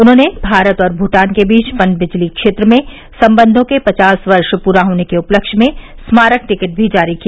उन्होंने भारत और भूटान बीच पनबिजली क्षेत्र में संबंधों के पचास वर्ष पूरे होने के उपलक्ष्य में स्मारक टिकट भी जारी किया